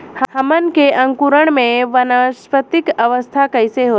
हमन के अंकुरण में वानस्पतिक अवस्था कइसे होला?